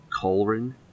Colrin